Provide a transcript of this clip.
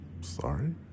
Sorry